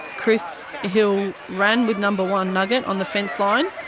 chris hill ran with number one, nugget, on the fence line.